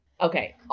Okay